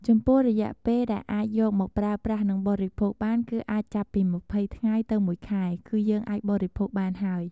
ចំពោះរយៈពេលដែលអាចយកមកប្រើប្រាស់និងបរិភោគបាន គឺអាចចាប់ពីម្ភៃថ្ងៃ ទៅមួយខែ គឺយើងអាចបរិភោគបានហើយ។